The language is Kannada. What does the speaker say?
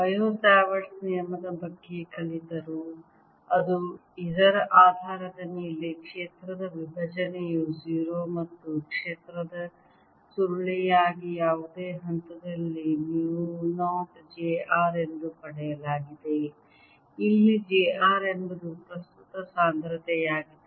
ಬಯೋಟ್ ಸಾವರ್ಟ್ ನಿಯಮದ ಬಗ್ಗೆ ಕಲಿತರು ಮತ್ತು ಇದರ ಆಧಾರದ ಮೇಲೆ ಕ್ಷೇತ್ರದ ವಿಭಜನೆಯನ್ನು 0 ಮತ್ತು ಕ್ಷೇತ್ರದ ಸುರುಳಿಯಾಗಿ ಯಾವುದೇ ಹಂತದಲ್ಲಿ ಮು 0 j r ಎಂದು ಪಡೆಯಲಾಗಿದೆ ಇಲ್ಲಿ j r ಎಂಬುದು ಪ್ರಸ್ತುತ ಸಾಂದ್ರತೆಯಾಗಿದೆ